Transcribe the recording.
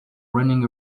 running